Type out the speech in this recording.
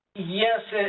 yes,